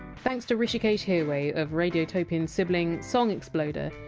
thanks to hrishikesh hirway, of radiotopian sibling song exploder,